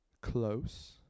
Close